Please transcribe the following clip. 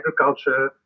agriculture